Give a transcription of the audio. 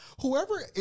Whoever